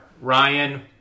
Ryan